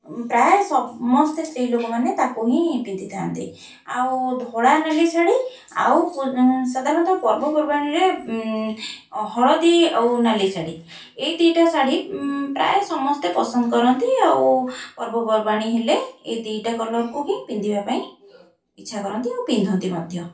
ପ୍ରାୟ ସମସ୍ତେ ସ୍ତ୍ରୀ ଲୋକମାନେ ତାକୁ ହିଁ ପିନ୍ଧିଥାନ୍ତି ଆଉ ଧଳା ନାଲି ଶାଢ଼ୀ ଆଉ ସାଧାରଣତଃ ପର୍ବପର୍ବାଣିରେ ହଳଦୀ ଆଉ ନାଲି ଶାଢ଼ୀ ଏହି ଦୁଇଟା ଶାଢ଼ୀ ପ୍ରାୟ ସମସ୍ତେ ପସନ୍ଦ କରନ୍ତି ଆଉ ପର୍ବପର୍ବାଣଣି ହେଲେ ଏ ଦୁଇଟା କଲର୍କୁ ହିଁ ପିନ୍ଧିବା ପାଇଁ ଇଚ୍ଛା କରନ୍ତି ଆଉ ପିନ୍ଧନ୍ତି ମଧ୍ୟ